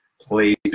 Please